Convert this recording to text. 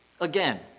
Again